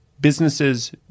businesses